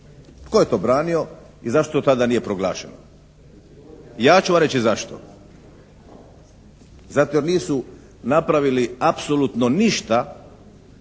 Tko je to branio i zašto to tada nije proglašeno? Ja ću vam reći zašto? Zato jer nisu napravili apsolutno ništa